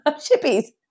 Chippies